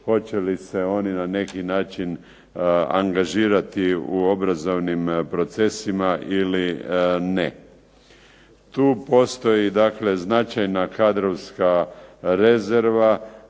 hoće li se oni na neki način angažirati u obrazovnim procesima ili ne. Tu postoji dakle značajna kadrovska rezerva